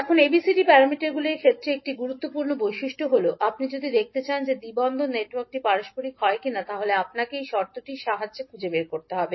এখন ABCD প্যারামিটারগুলির ক্ষেত্রে একটি গুরুত্বপূর্ণ বৈশিষ্ট্য হল আপনি যদি দেখতে চান যে দ্বি পোর্ট নেটওয়ার্কটি পারস্পরিক হয় কিনা আপনাকে এই শর্তটির সাহায্যে খুঁজে বের করতে হবে